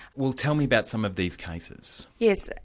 well tell me about some of these cases. yes,